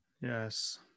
Yes